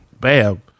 bam